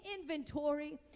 inventory